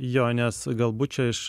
jo nes galbūt čia iš